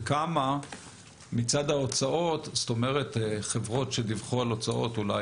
וכמה מצד ההוצאות חברות שדיווחו על הוצאות אולי